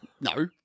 No